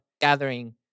gathering